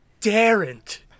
daren't